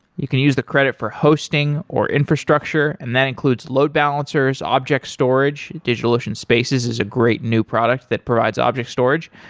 you can use the credit for hosting, or infrastructure, and that includes load balancers, object storage. digitalocean spaces is a great new product that provides object storage,